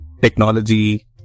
technology